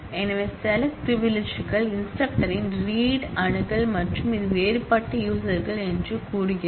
எனவே SELECT பிரிவிலிஜ்கள் இன்ஸ்டிரக்டரின் ரீட் அணுகல் என்றும் இது வேறுபட்ட யூசர்கள் என்றும் அது கூறுகிறது